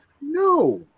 No